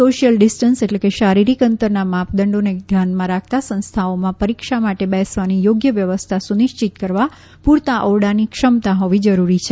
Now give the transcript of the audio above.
social distance એટલે કે શારિરીક અંતરના માપદંડોને ધ્યાનમાં રાખતા સંસ્થાઓમાં પરિક્ષા માટે બેસવાની થોગ્ય વ્યવસ્થા સુનિશ્ચિત કરવા પૂરતા ઓરડાની ક્ષમતા હોવી જરૂરી છે